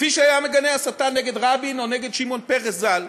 כפי שהיה מגנה הסתה נגד רבין או נגד שמעון פרס ז"ל,